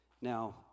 Now